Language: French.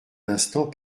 l’instant